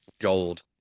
gold